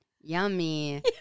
yummy